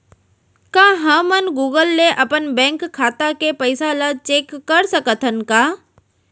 का हमन गूगल ले अपन बैंक खाता के पइसा ला चेक कर सकथन का?